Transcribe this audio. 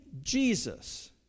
Jesus